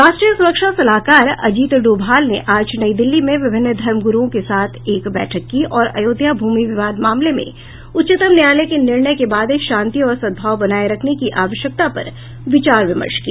राष्ट्रीय सुरक्षा सलाहकार अजित डोभाल ने आज नई दिल्ली में विभिन्न धर्म गुरूओं के साथ एक बैठक की और अयोध्या भूमि विवाद मामले में उच्चतम न्यायालय के निर्णय के बाद शांति और सद्भाव बनाये रखने की आवश्यकता पर विचार विमर्श किया